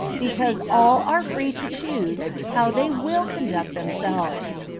because all are free to choose how they will conduct themselves.